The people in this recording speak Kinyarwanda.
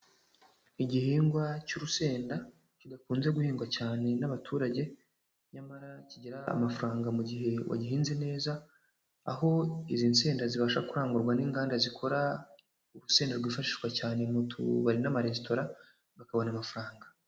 Igihingwa cy'urusenda kidakunze guhingwa cyane n'abaturage, nyamara kigira amafaranga mu gihe wagihinze neza, aho izi nsenda zibasha kurangurwa n'inganda zikora urusenda rwifashishwa cyane mu tubari n'amaresitora, bakabona amafaranga.